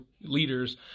leaders